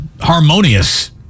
harmonious